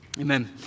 amen